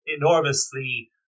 enormously